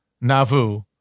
Nauvoo